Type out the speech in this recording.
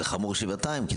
זה חמור שבעתיים,